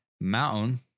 mountain